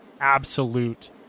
absolute